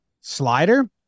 slider